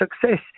success